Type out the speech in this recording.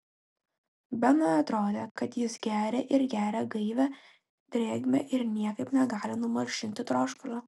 benui atrodė kad jis geria ir geria gaivią drėgmę ir niekaip negali numalšinti troškulio